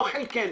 לא חלקנו.